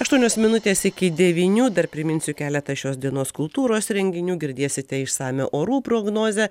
aštuonios minutės iki devynių dar priminsiu keletą šios dienos kultūros renginių girdėsite išsamią orų prognozę